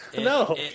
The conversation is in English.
No